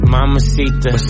Mamacita